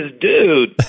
dude